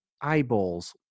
eyeballs